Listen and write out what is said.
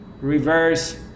reverse